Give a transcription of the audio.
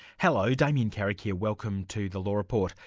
hello, damien carrick here, welcome to the law report.